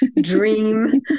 dream